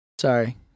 Sorry